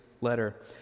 letter